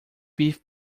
beef